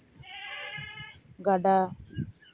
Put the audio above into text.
ᱜᱟᱰᱟ